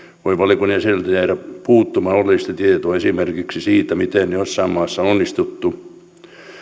valiokunnan jäseniltä voi jäädä puuttumaan oleellista tietoa esimerkiksi siitä miten jossain maassa on onnistuttu